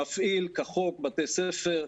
מפעיל כחוק בתי ספר,